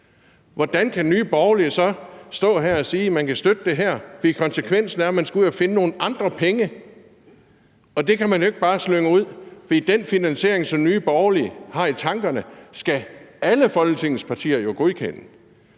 hvordan kan Nye Borgerlige så stå her og sige, at man kan støtte det her? For konsekvensen er, at man skal ud at finde nogle andre penge, og det kan man jo ikke bare slynge ud. Den finansiering, som Nye Borgerlige har i tankerne, skal alle Folketingets partier jo godkende.